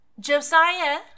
Josiah